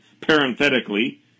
parenthetically